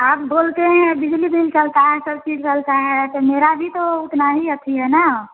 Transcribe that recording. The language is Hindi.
आप बोलते हैं बिजली बिल चलता है सब चीज चलता है तो मेरा भी तो उतना ही अथि है ना